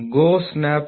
GO snap gauge 40